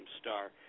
star